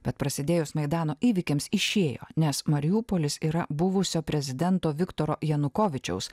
bet prasidėjus maidano įvykiams išėjo nes mariupolis yra buvusio prezidento viktoro janukovyčiaus